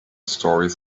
stories